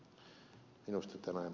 minusta tämä ed